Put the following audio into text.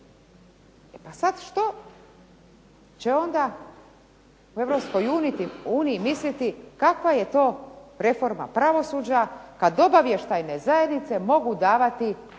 pa sad, što će onda u EU misliti kakva je to reforma pravosuđa kad obavještajne zajednice mogu davati